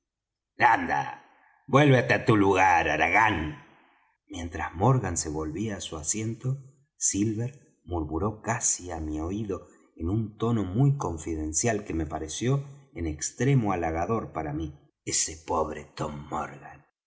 anda vuélvete á tu lugar haragán mientras morgan se volvía á su asiento silver murmuró casi á mi oído en un tono muy confidencial que me pareció en extremo halagador para mí ese pobre tom